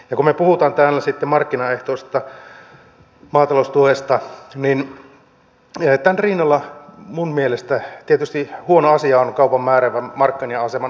kun me puhumme täällä sitten markkinaehtoisesta maataloustuesta niin tämän rinnalla minun mielestäni tietysti huono asia on kaupan määräävän markkina aseman hyväksikäyttö